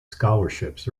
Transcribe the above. scholarships